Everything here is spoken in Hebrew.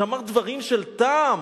שאמר דברים של טעם,